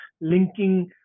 linking